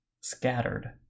scattered